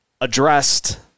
addressed